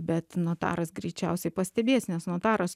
bet notaras greičiausiai pastebės nes notaras